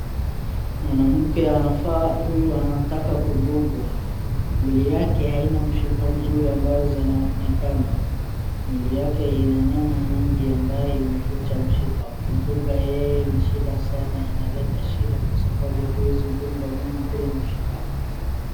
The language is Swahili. Mwanamke anafaa huyu anataka kudungwa. Mwili yake haina mshipa mzuri ambaye zinaonekana. Mwili yake ina nyama mingi ambaye imeficha mshipa. Kumdunga yeye ni shida sana na inaleta shida kwa sababu huezi dunga nyama bila mshipa.